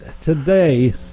today